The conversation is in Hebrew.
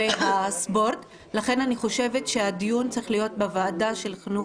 אני מבקשת להעביר את הנושא של פרשת הכדורגלנים והקטינות לוועדת החינוך,